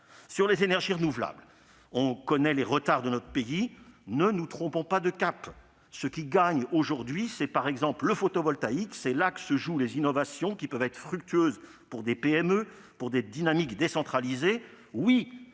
Sur les énergies renouvelables, on connaît les retards de notre pays. Ne nous trompons pas de cap : ce qui gagne aujourd'hui c'est, par exemple, le photovoltaïque. C'est là que se jouent les innovations qui peuvent être fructueuses pour des PME, pour des dynamiques décentralisées.